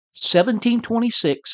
1726